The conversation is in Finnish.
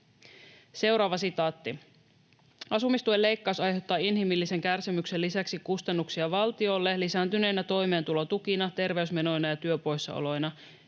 toimeentulotukeen.” ”Asumistuen leikkaus aiheuttaa inhimillisen kärsimyksen lisäksi kustannuksia valtiolle lisääntyneinä toimeentulotukina, terveysmenoina ja työpoissaoloina.